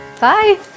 Bye